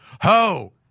ho